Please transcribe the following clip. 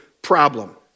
problem